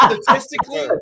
statistically